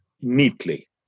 neatly